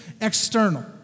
external